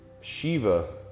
Shiva